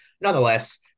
nonetheless